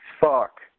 Fuck